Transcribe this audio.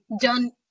done